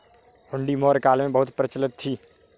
हुंडी मौर्य काल में बहुत प्रचलित थी